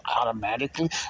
automatically